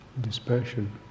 dispassion